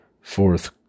fourth